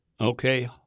Okay